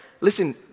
Listen